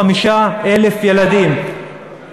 35,000 ילדים,